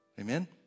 Amen